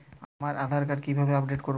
আমার আধার কার্ড কিভাবে আপডেট করব?